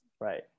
right